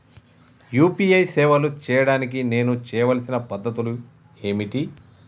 UPI సేవలు చేయడానికి నేను చేయవలసిన పద్ధతులు ఏమిటి?